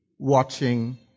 watching